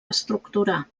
estructurar